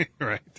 Right